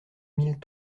mille